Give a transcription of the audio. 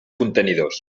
contenidors